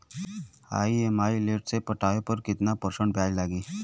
EMI late से पटावे पर कितना परसेंट ब्याज लगी?